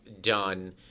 done